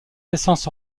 naissance